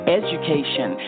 education